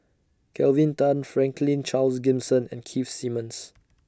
Kelvin Tan Franklin Charles Gimson and Keith Simmons